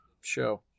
show